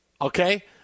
okay